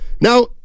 Now